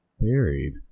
Buried